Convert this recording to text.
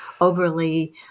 overly